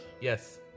Yes